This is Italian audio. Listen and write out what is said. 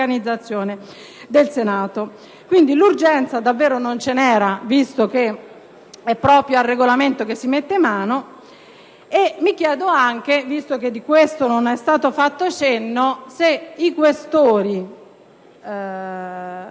del Senato. Quindi, l'urgenza davvero non c'era visto che è proprio al Regolamento che si mette mano. Mi chiedo anche, visto che non ne è stato fatto cenno, se i senatori